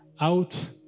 out